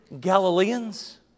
Galileans